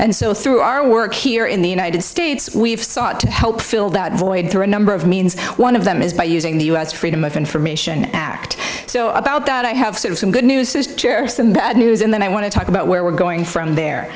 and so through our work here in the united states we've sought to help fill that void through a number of means one of them is by using the u s freedom of information act so about that i have sort of some good news to share some bad news and then i want to talk about where we're going from there